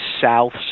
South